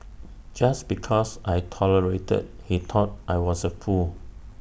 just because I tolerated he thought I was A fool